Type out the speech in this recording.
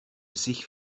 sich